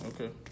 Okay